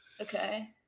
Okay